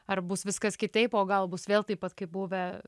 ar bus viskas kitaip o gal bus vėl taip pat kaip buvę